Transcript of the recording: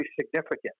significant